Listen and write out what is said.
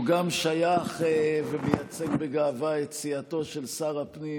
הוא גם שייך ומייצג בגאווה את סיעתו של שר הפנים,